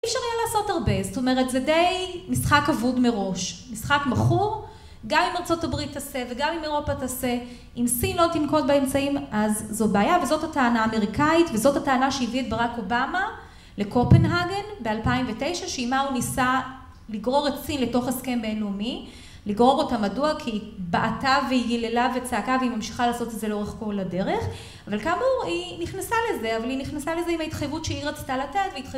אי אפשר היה לעשות הרבה, זאת אומרת, זה די משחק אבוד מראש, משחק מכור, גם אם ארה״ב תעשה, וגם אם אירופה תעשה, אם סין לא תנקוט באמצעים, אז זו בעיה, וזאת הטענה האמריקאית, וזאת הטענה שהביאה את ברק אובמה לקופנגהגן ב-2009, שעימה הוא ניסה לגרור את סין לתוך הסכם בינלאומי, לגרור אותה, מדוע? כי היא בעטה והיא יללה וצעקה, והיא ממשיכה לעשות את זה לאורך כל הדרך, אבל כאמור, היא נכנסה לזה, אבל היא נכנסה לזה עם ההתחייבות שהיא רצתה לתת,